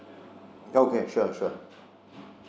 okay sure sure